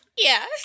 Yes